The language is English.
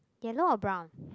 yellow or brown